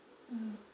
mm